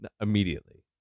immediately